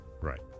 Right